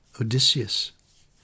Odysseus